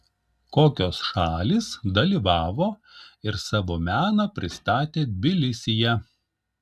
kokios šalys dalyvavo ir savo meną pristatė tbilisyje